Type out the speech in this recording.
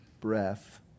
breath